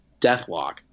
Deathlock